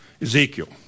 Ezekiel